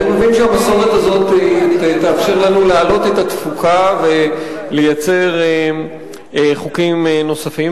אני מבין שהמסורת הזאת תאפשר לנו להעלות את התפוקה ולייצר חוקים נוספים.